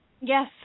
Yes